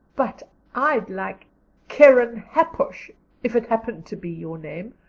but i'd like kerrenhappuch if it happened to be your name.